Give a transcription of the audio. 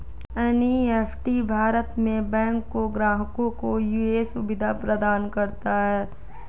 NEFT Bharat में bank के ग्राहकों को ये सुविधा प्रदान करता है